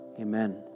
amen